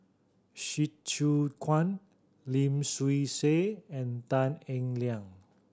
Hsu Tse Kwang Lim Swee Say and Tan Eng Liang